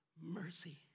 mercy